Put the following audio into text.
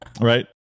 right